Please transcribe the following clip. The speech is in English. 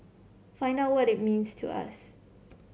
find out what it means to us